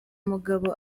umugabo